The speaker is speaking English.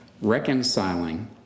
reconciling